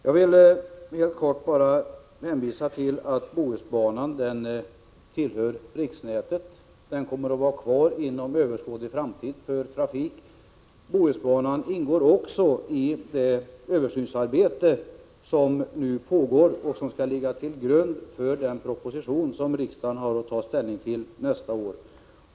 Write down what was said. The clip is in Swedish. Jag vill bara helt kort hänvisa till att Bohusbanan tillhör riksnätet. Den kommer att vara kvar för trafik inom överskådlig framtid. Bohusbanan ingår i det översynsarbete som nu pågår och som skall ligga till grund för den proposition som riksdagen har att ta ställning till nästa år.